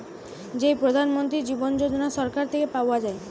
যেই প্রধান মন্ত্রী জীবন যোজনা সরকার থেকে পাওয়া যায়